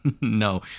No